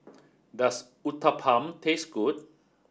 does Uthapam taste good